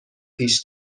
پیش